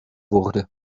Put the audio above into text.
wurde